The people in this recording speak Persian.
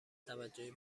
توجه